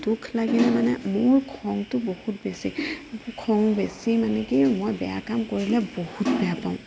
দুখ লাগিল মানে মোৰ খঙটো বহুত বেছি খং বেছি মানে কি মই বেয়া কাম কৰিলে বহুত বেয়া পাওঁ